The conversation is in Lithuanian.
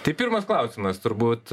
tai pirmas klausimas turbūt